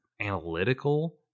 analytical